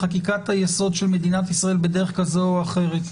בחקיקת-היסוד של מדינת ישראל בדרך כזו או אחרת,